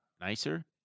Nicer